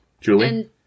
Julie